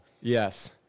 Yes